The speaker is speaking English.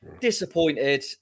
Disappointed